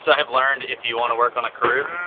so i've learned if you want to work on a crew,